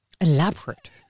elaborate